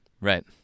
Right